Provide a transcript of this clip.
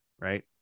right